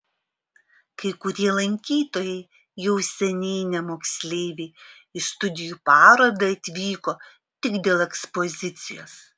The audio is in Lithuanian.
kai kurie lankytojai jau seniai ne moksleiviai į studijų parodą atvyko tik dėl ekspozicijos